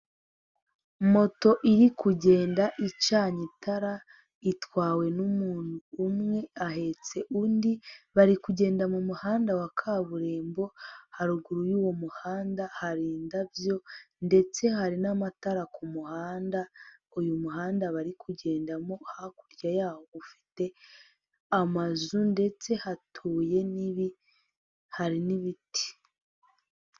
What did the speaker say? Moto iri kugenda icanyi itara itwawe n'umuntu umwe ahetse undi, bari kugenda mu muhanda wa kaburimbo haruguru y'uwo muhanda hari indabyo ndetse hari n'amatara ku muhanda, uyu muhanda bari kugendamo hakurya yawo ufite amazu ndetse hatuye n'ibi hari n'ibiti.